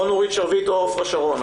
או נורית שרביט או עפרה שרון,